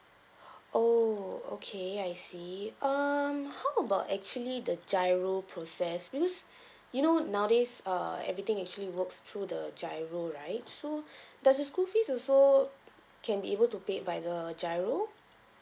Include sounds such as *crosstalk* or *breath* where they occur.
*breath* oh okay I see um how about actually the GIRO process because *breath* you know nowadays err everything actually works through the GIRO right so *breath* does the school fees also can be able to pay by the GIRO